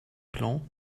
plan